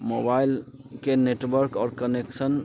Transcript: मोबाइलके नेटवर्क आओर कनेक्शन